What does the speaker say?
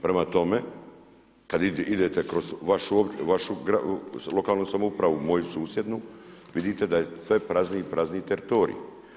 Prema tome, kad idete kroz vaš lokalnu samoupravu, moju susjednu, vidite da je sve prazniji i prazniji teritorij.